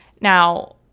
Now